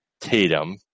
Tatum